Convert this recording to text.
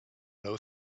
know